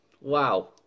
wow